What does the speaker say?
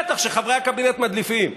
בטח שחברי הקבינט מדליפים.